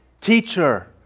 Teacher